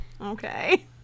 okay